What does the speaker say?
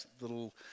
little